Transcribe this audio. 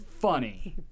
funny